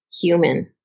human